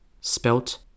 spelt